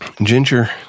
Ginger